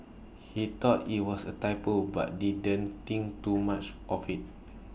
he thought IT was A typo but didn't think too much of IT